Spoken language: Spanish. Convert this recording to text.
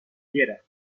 tierra